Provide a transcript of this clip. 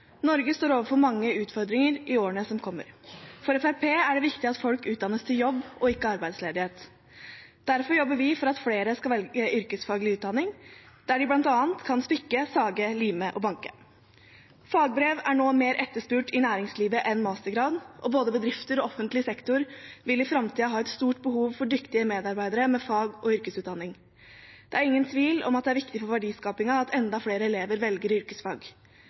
Norge står overfor mange utfordringer i årene som kommer. For Fremskrittspartiet er det viktig at folk utdannes til jobb og ikke til arbeidsledighet. Derfor jobber vi for at flere skal velge yrkesfaglig utdanning, der de bl.a. kan spikke, sage, lime og banke. Fagbrev er nå mer etterspurt i næringslivet enn mastergrad, og både bedrifter og offentlig sektor vil i framtiden ha et stort behov for dyktige medarbeidere med fag- og yrkesutdanning. Det er ingen tvil om at det er viktig for verdiskapingen at enda flere elever velger yrkesfag.